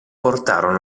portarono